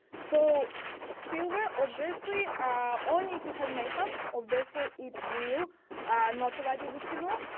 so silver obviously only if you have makeup, obviously it will not provide you a good signal.